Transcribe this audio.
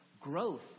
growth